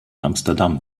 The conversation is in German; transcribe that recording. amsterdam